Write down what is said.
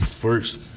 first